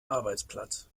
arbeitsplatz